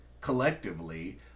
collectively